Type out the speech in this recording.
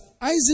Isaac